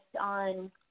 on